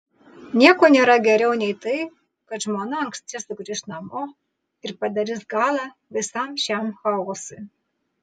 nieko nėra geriau nei tai kad žmona anksti sugrįš namo ir padarys galą visam šiam chaosui